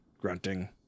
grunting